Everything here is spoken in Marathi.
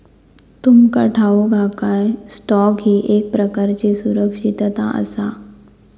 तुमका ठाऊक हा काय, स्टॉक ही एक प्रकारची सुरक्षितता आसा?